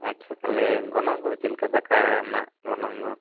ᱟᱪᱪᱷᱟ ᱛᱟᱦᱚᱞᱮ ᱜᱚᱱᱚᱝ ᱠᱚᱫᱚ ᱪᱮᱫ ᱠᱟ ᱫᱟᱠᱟ ᱨᱮᱱᱟᱜ ᱜᱚᱱᱚᱝ ᱫᱚ